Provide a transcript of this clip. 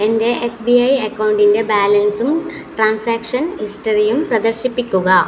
എൻ്റെ S B I അക്കൗണ്ടിൻ്റെ ബാലൻസും ട്രാൻസാക്ഷൻ ഹിസ്റ്ററിയും പ്രദർശിപ്പിക്കുക